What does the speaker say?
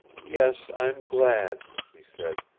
yes, i'm glad, he said.